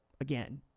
again